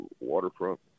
waterfront